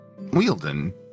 Wielden